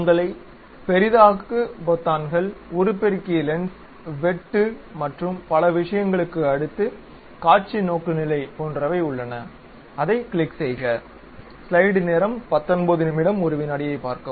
உங்கள் பெரிதாக்கு பொத்தான்கள் உருப்பெருக்கி லென்ஸ் வெட்டு மற்றும் பிற விஷயங்களுக்கு அடுத்து காட்சி நோக்குநிலை போன்றவை உள்ளன அதைக் கிளிக் செய்க